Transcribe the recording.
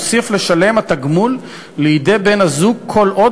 יוסיפו לשלם את התגמול לידי בן-הזוג רק עד